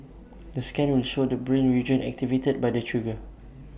the scan will show the brain region activated by the trigger